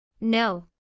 No